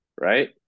right